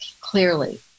clearly